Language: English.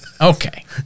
Okay